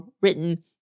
written